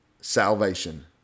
salvation